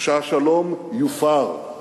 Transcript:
שהשלום יופר.